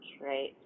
right